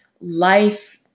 life